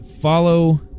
follow